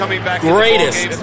greatest